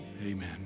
Amen